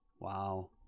Wow